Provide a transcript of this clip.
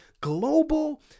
global